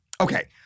Okay